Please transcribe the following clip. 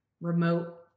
remote